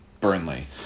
Burnley